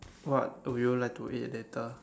what would you like to eat later